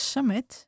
Summit